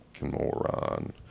moron